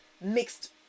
mixed